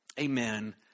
Amen